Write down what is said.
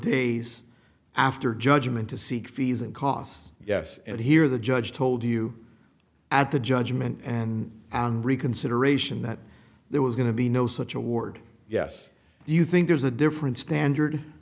days after judgment to seek fees and costs yes and here the judge told you at the judgment and reconsideration that there was going to be no such award yes you think there's a different standard